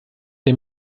der